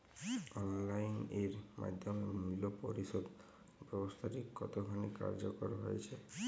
Online এর মাধ্যমে মূল্য পরিশোধ ব্যাবস্থাটি কতখানি কার্যকর হয়েচে?